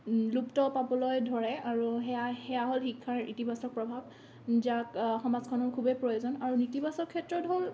লুপ্ত পাবলৈ ধৰে আৰু সেয়া সেয়া হ'ল শিক্ষাৰ ইতিবাচক প্ৰভাৱ যাক সমাজখনৰ খুবেই প্ৰয়োজন আৰু নেতিবাচক ক্ষেত্ৰত হ'ল